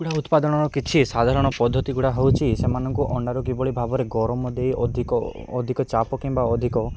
କୁକୁଡ଼ା ଉତ୍ପାଦନର କିଛି ସାଧାରଣ ପଦ୍ଧତି ଗୁଡ଼ା ହେଉଛି ସେମାନଙ୍କୁ ଅଣ୍ଡାରୁ କିଭଳି ଭାବରେ ଗରମ ଦେଇ ଅଧିକ ଅଧିକ ଚାପ କିମ୍ବା ଅଧିକ